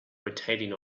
rotating